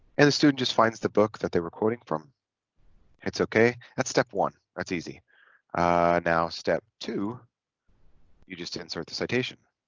and the student just finds the book that they were quoting from it's okay that's step one that's easy now step two you just insert the citation